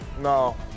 No